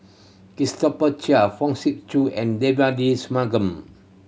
Christopher Chia Fong Sip Chee and Devagi Sanmugam